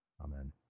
Amen